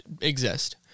exist